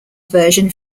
version